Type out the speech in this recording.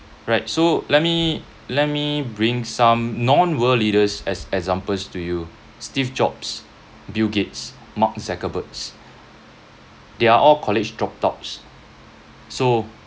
right so let me let me bring some non world leaders as examples to you steve jobs bill gates mark zuckerberg they are all college dropouts so